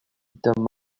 the